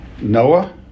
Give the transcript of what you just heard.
Noah